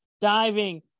diving